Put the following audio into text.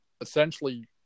essentially